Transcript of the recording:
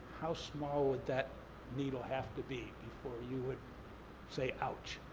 how small would that needle have to be before you would say ouch?